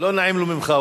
לא נעים לו ממך,